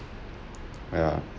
!haiya!